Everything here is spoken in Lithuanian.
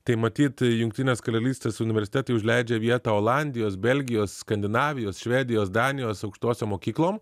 tai matyt jungtinės karalystės universitetai užleidžia vietą olandijos belgijos skandinavijos švedijos danijos aukštosiom mokyklom